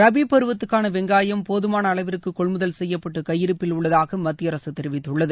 ரபி பருவத்துக்கான வெங்காயம் போதுமான அளவுக்கு கொள்முதல் செய்யப்பட்டு கையிரு்பபில் உள்ளதாக மத்திய அரசு தெரிவித்துள்ளது